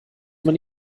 man